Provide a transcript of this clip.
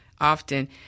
Often